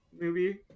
movie